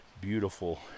beautiful